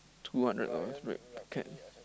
two hundred dollars rate can